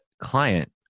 Client